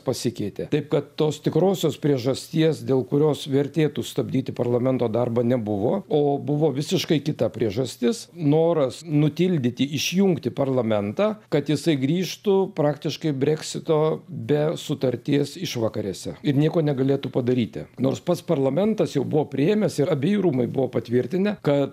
pasikeitė taip kad tos tikrosios priežasties dėl kurios vertėtų stabdyti parlamento darbą nebuvo o buvo visiškai kita priežastis noras nutildyti išjungti parlamentą kad jisai grįžtų praktiškai breksito be sutarties išvakarėse ir nieko negalėtų padaryti nors pats parlamentas jau buvo priėmęs ir abeji rūmai buvo patvirtinę kad